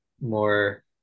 more